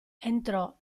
entrò